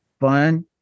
fun